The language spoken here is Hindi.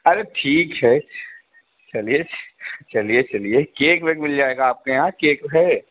अरे ठीक है चलिए चलिए चलिए केक वेक मिल जाएगा आपके यहाँ केक है